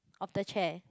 of the chair